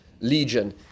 Legion